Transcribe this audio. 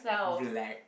black